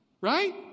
Right